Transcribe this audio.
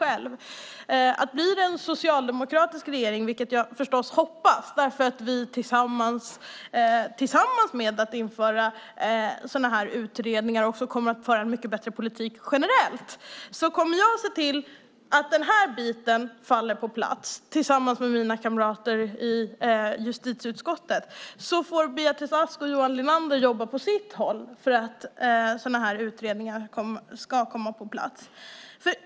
Blir det en socialdemokratisk regering - vilket jag förstås hoppas, för vi kommer förutom att införa sådana här utredningar att föra en mycket bättre politik generellt - kommer jag att se till att den här biten faller på plats tillsammans med mina kamrater i justitieutskottet. Beatrice Ask och Johan Linander får jobba på sitt håll för att sådana här utredningar ska komma på plats.